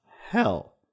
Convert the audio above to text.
hell